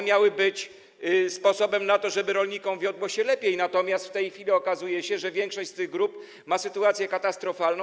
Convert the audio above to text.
Miały one być sposobem na to, żeby rolnikom wiodło się lepiej, natomiast w tej chwili okazuje się, że większość z tych grup ma sytuację katastrofalną.